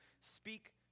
speak